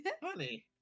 Funny